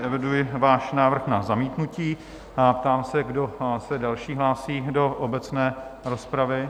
Eviduji váš návrh na zamítnutí a ptám se, kdo se další hlásí do obecné rozpravy?